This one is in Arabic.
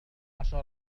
عشر